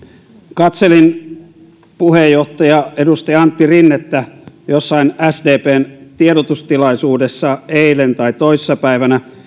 katselin puheenjohtaja edustaja antti rinnettä jossain sdpn tiedotustilaisuudessa eilen tai toissapäivänä